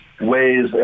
ways